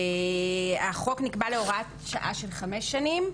החוק נקבע להוראת שעה לחמש שנים,